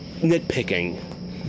Nitpicking